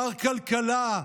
מר כלכלה,